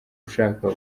ushaka